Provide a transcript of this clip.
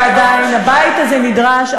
ועדיין הבית הזה נדרש,